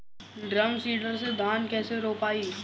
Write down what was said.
Drum seeder से धान कैसे रोपाई?